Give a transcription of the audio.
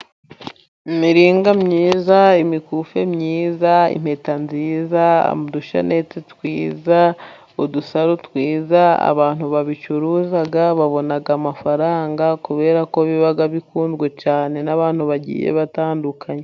Imiringa myiza, imikufi myiza, impeta nziza, udushenete twiza, udusaro twiza, abantu babicuruza babona amafaranga, kubera ko biba bikunzwe cyane n'abantu bagiye batandukanye.